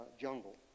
jungle